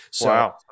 wow